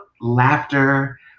laughter